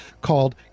called